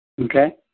Okay